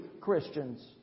Christians